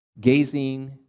gazing